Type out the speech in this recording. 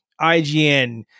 IGN